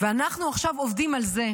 ואנחנו עכשיו עובדים על זה,